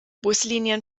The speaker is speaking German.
buslinien